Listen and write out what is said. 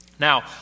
Now